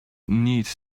need